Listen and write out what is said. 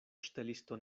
ŝtelisto